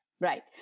right